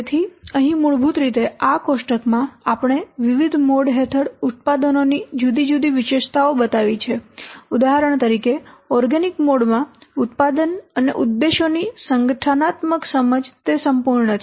તેથી અહીં મૂળભૂત રીતે આ કોષ્ટકમાં આપણે વિવિધ મોડ હેઠળ ઉત્પાદનોની જુદી જુદી વિશેષતાઓ બતાવી છે ઉદાહરણ તરીકે ઓર્ગેનિક મોડ માં ઉત્પાદન અને ઉદ્દેશોની સંગઠનાત્મક સમજ તે સંપૂર્ણ છે